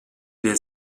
del